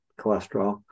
cholesterol